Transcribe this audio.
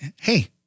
Hey